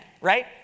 right